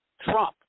Trump